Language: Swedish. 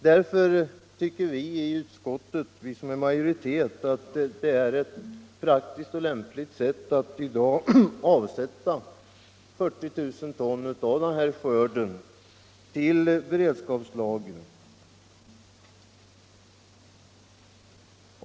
Därför anser utskottsmajoriteten att det är praktiskt och lämpligt att i dag avsätta 40 000 ton av denna skörd till beredskapslagring.